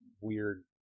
weird